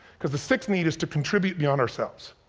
cause the sixth need is to contribute beyond ourselves.